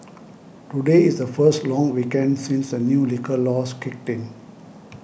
today is the first long weekend since the new liquor laws kicked in